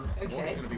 Okay